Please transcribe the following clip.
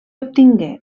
obtingué